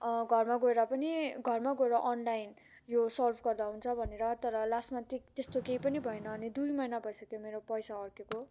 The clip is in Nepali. घरमा गएर पनि घरमा गएर अनलाइन यो सर्च गर्दा हुन्छ भनेर तर लास्टमा चाहिँ त्यस्तो केही पनि भएन अनि दुई महिना भइसक्यो पैसा अड्किएको